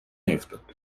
نیفتاد